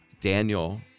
Daniel